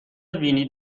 وینی